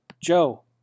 Joe